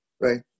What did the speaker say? Right